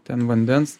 ten vandens